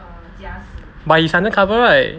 but he's undercover right